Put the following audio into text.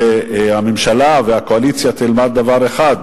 ושהממשלה והקואליציה תלמד דבר אחד: